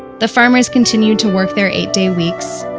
the farmers continued to work their eight-day-weeks,